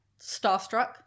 starstruck